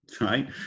right